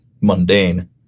mundane